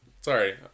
Sorry